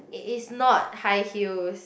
it is not high heels